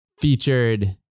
featured